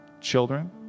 children